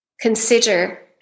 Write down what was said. consider